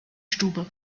stube